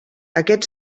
aquest